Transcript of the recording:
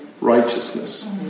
righteousness